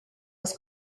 was